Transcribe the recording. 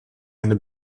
eine